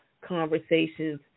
conversations